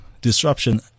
disruption